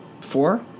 four